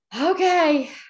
Okay